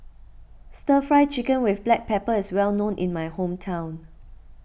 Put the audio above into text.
Stir Fry Chicken with Black Pepper is well known in my hometown